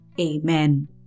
Amen